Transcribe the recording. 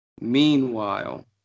Meanwhile